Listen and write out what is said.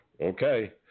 Okay